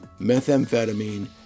methamphetamine